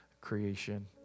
creation